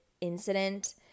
incident